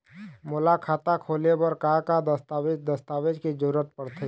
मोला खाता खोले बर का का दस्तावेज दस्तावेज के जरूरत पढ़ते?